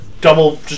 double